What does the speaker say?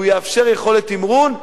הוא יאפשר יכולת תמרון,